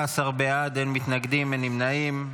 19 בעד, אין מתנגדים, אין נמנעים.